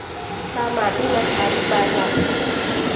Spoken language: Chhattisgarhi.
का माटी मा क्षारीय पाए जाथे?